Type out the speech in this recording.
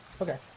Okay